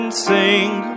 sing